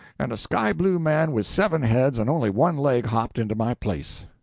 and a sky-blue man with seven heads and only one leg hopped into my place.